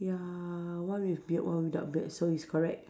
ya one with beard one without beard so it's correct